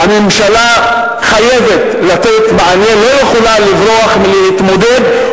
והממשלה חייבת לתת מענה ולא יכולה לברוח מלהתמודד,